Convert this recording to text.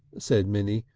said minnie,